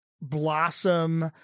blossom